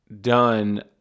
done